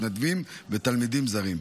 מתנדבים ותלמידים זרים.